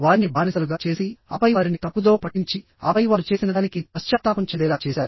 వారిని బానిసలుగా చేసి ఆపై వారిని తప్పుదోవ పట్టించి ఆపై వారు చేసినదానికి పశ్చాత్తాపం చెందేలా చేశారు